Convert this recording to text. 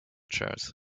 chairs